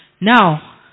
now